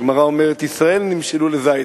הגמרא אומרת: ישראל נמשלו לזית,